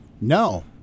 no